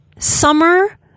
Summer